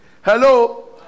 Hello